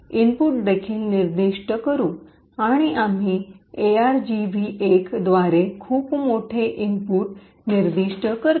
input देखील निर्दिष्ट करु आम्ही argv१ द्वारे खूप मोठे इनपुट निर्दिष्ट करतो